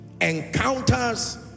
encounters